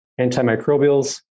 antimicrobials